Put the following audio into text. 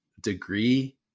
degree